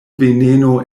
veneno